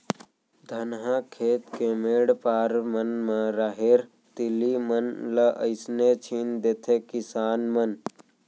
धनहा खेत के मेढ़ पार मन म राहेर, तिली मन ल अइसने छीन देथे किसान मन